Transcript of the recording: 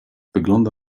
wygląda